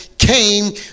came